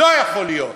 לא יכול להיות,